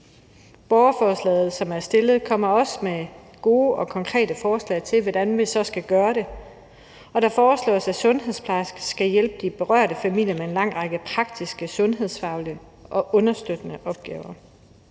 borgerforslag, som er fremsat, kommer også med gode og konkrete forslag til, hvordan vi så skal gøre det, og det foreslås, at sundhedsplejersker skal hjælpe de berørte familier med en lang række praktiske, sundhedsfaglige og understøttende opgaver.